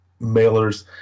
mailers